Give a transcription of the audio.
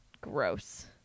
gross